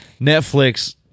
Netflix